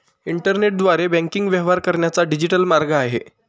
इंटरनेटद्वारे बँकिंग व्यवहार करण्याचा डिजिटल मार्ग आहे